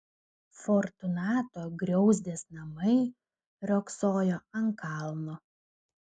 fortunato griauzdės namai riogsojo ant kalno